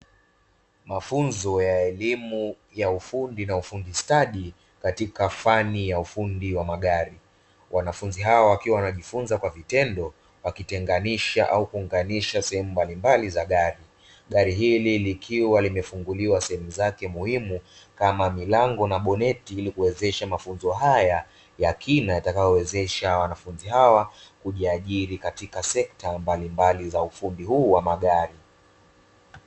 Mafunzo ya elimu ya ufundi na ufundi stadi katika fani ya ufundi wa magari, wanafunzi hao wakiwa wanajifunza kwa vitendo nisha au kuunganisha sehemu mbalimbali za gari. Gari hili likiwa limefunguliwa seti zake muhimu kama milango na boneti, ili kuwezesha mafunzo haya ya kina yatakayowezesha kujiajiri katika sekta mbalimbali za ufundi huu wa magari.